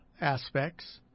aspects